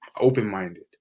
open-minded